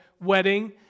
wedding